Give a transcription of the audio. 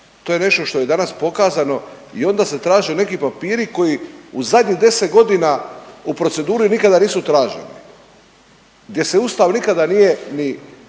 To je nešto što je danas pokazano i onda se traže neki papiri koji u zadnjih deset godina u proceduri nikada nisu traženi, gdje se Ustav nikada nije ni